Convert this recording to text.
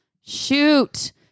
shoot